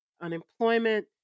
Unemployment